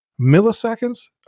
Milliseconds